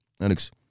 Alex